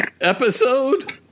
episode